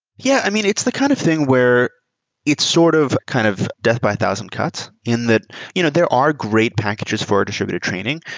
yeah. i mean, it's the kind of thing where it's sort of kind of death by a thousand cuts, and that you know there are great packages for a distributor training,